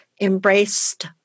embraced